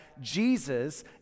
Jesus